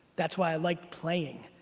that's why i like playing.